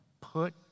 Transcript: Put